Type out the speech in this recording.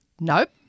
Nope